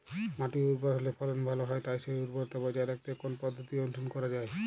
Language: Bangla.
মাটি উর্বর হলে ফলন ভালো হয় তাই সেই উর্বরতা বজায় রাখতে কোন পদ্ধতি অনুসরণ করা যায়?